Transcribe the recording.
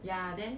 ya then